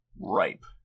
Ripe